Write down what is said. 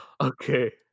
okay